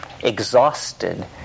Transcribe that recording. exhausted